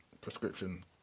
prescription